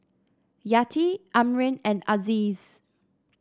Yati Amrin and Aziz